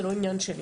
זה לא עניין שלי,